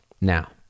Now